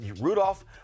Rudolph